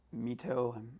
Mito